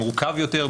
מורכב יותר,